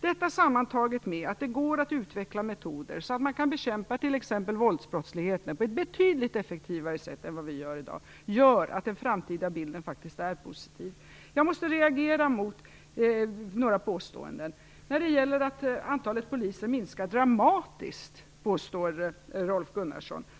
Detta sammantaget med att det går att utveckla betydligt effektivare metoder för bekämpning av våldsbrottslighet än de som används i dag gör att den framtida bilden faktiskt är positiv. Jag måste reagera mot några påståenden. Antalet poliser minskar dramatiskt, påstår Rolf Gunnarsson.